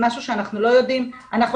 אנחנו לא יודעים, יש לנו בעיה של ידועים בציבור.